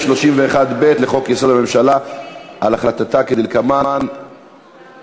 31(ב) לחוק-יסוד: הממשלה על החלטתה כדלקמן סליחה?